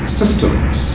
systems